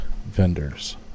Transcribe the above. vendors